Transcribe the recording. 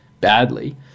badly